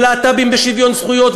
להט"בים בשוויון זכויות,